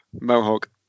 Mohawk